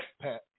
Pat